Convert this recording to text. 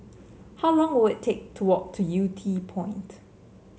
how long will it take to walk to Yew Tee Point